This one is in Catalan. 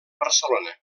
barcelona